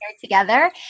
together